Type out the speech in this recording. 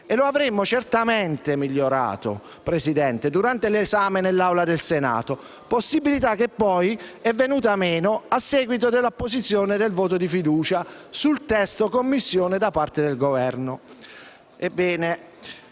E lo avremmo certamente migliorato, Presidente, durante l'esame nell'Aula del Senato, possibilità che poi è venuta meno a seguito della apposizione della questione di fiducia sul testo Commissione da parte del Governo.